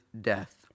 death